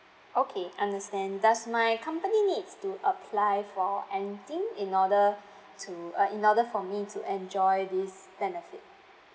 okay understand does my company needs to apply for anything in order to uh in order for me to enjoy this benefit